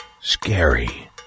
Scary